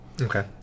Okay